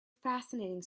fascinating